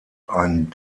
ein